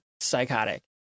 psychotic